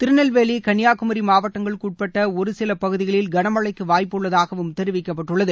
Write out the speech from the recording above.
திருநெல்வேலி கன்னியாகுமரி மாவட்டங்களுக்குட்பட்ட ஒருசில பகுதிகளில் களமழைக்கு வாய்ப்புள்ளதாகவம் தெரிவிக்கப்பட்டுள்ளது